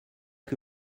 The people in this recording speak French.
que